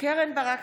קרן ברק,